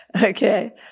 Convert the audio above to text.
Okay